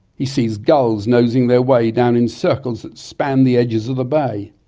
he sees gulls nosing their way down in circles that span the edges of the bay.